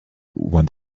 one